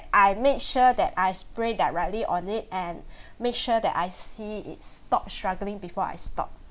I make sure that I sprayed directly on it and make sure that I see it stopped struggling before I stop